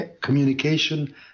communication